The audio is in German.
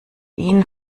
ihn